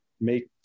make